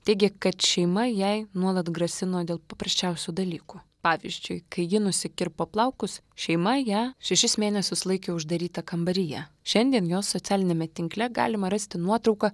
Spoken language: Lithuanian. teigė kad šeima jai nuolat grasino dėl paprasčiausių dalykų pavyzdžiui kai ji nusikirpo plaukus šeima ją šešis mėnesius laikė uždarytą kambaryje šiandien jos socialiniame tinkle galima rasti nuotrauką